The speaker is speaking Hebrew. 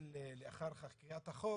לאחר החוק,